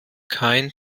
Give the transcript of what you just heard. kein